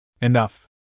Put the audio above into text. Enough